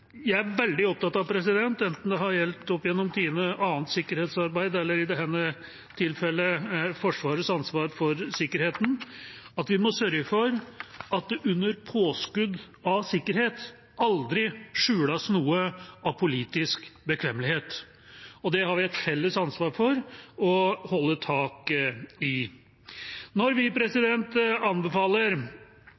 Jeg er veldig opptatt av – enten det har gjeldt opp gjennom tidene med annet sikkerhetsarbeid, eller i dette tilfellet Forsvarets ansvar for sikkerheten – at vi må sørge for at det under påskudd av sikkerhet aldri skjules noe av politisk bekvemmelighet. Det har vi et felles ansvar for å holde tak i. Når vi